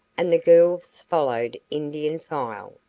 and the girls followed indian file.